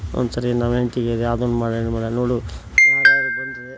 ಒಂದು ಸಾರಿ ನನ್ನ ಹೆಂಡ್ತಿಗ್ ಹೇಳ್ದೆ ಅದನ್ನು ಮಾಡು ಇದನ್ನು ಮಾಡು ನೋಡು ಯಾರಾರೂ ಬಂದರೆ